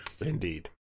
Indeed